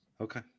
Okay